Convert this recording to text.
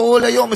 כל היום,